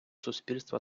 суспільства